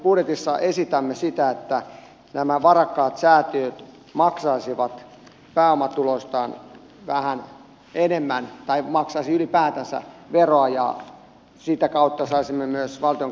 vaihtoehtobudjetissa esitämme sitä että nämä varakkaat säätiöt maksaisivat pääomatuloistaan vähän enemmän tai maksaisivat ylipäätänsä veroa ja sitä kautta saisimme myös valtion kassaan kerättyä verotuloja